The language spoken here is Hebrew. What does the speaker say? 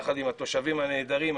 יחד עם התושבים הנהדרים.